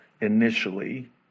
initially